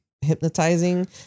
hypnotizing